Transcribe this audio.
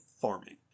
farming